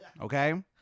Okay